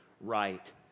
right